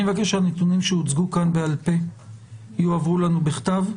אני מבקש שהנתונים שהוצגו כאן בעל פה יועברו לנו בכתב,